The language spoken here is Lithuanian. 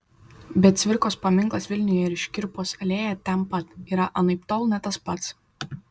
bet cvirkos paminklas vilniuje ir škirpos alėja ten pat yra anaiptol ne tas pats